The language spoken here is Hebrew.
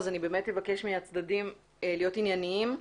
אני מבקשת מהצדדים להיות ענייניים.